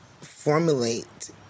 formulate